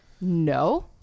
no